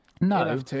No